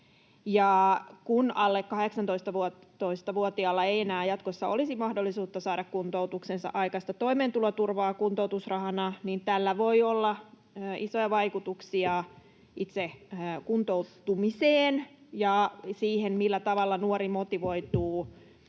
kun alle 18-vuotiaalla ei enää jatkossa olisi mahdollisuutta saada kuntoutuksensa aikaista toimeentuloturvaa kuntoutusrahana, niin tällä voi olla isoja vaikutuksia itse kuntoutumiseen ja siihen, millä tavalla nuori motivoituu